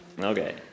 okay